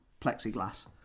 plexiglass